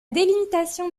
délimitation